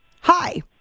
Hi